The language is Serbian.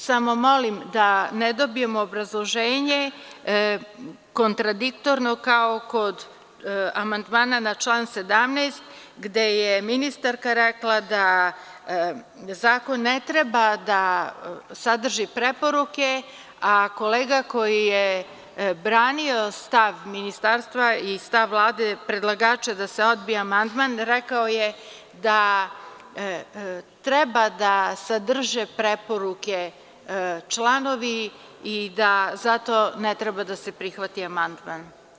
Samo molim da ne dobijemo obrazloženje kontradiktorno, kao kod amandmana na član 17, gde je ministarka rekla da zakon ne treba da sadrži preporuke, a kolega koji je branio stav ministarstva i stav Vlade predlagača da se odbije amandman rekao je da treba da sadrže preporuke članovi i da zato ne treba da se prihvati amandman.